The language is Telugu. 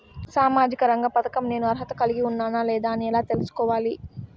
సామాజిక రంగ పథకం నేను అర్హత కలిగి ఉన్నానా లేదా అని ఎలా తెల్సుకోవాలి?